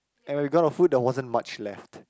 and when we got our food there wasn't much left